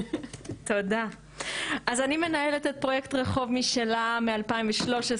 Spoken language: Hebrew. אז אני מנהלת את פרוייקט 'רחוב משלה' מ- 2013,